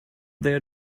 there